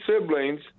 siblings